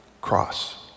Cross